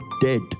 dead